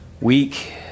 week